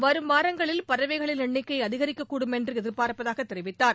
வரும் வாரங்களில் பறவைகளின் எண்ணிக்கை அதிகரிக்கக்கூடும் என்று எதிர்பார்ப்பதாக தெரிவித்தார்